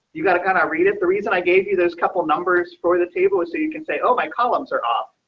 you got to kind of read it. the reason i gave you those couple numbers for the table. so you can say, oh, my columns are off.